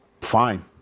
fine